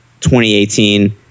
2018